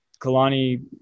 Kalani